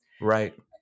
Right